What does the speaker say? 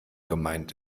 gemeint